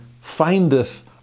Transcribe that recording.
findeth